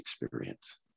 experience